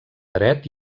dret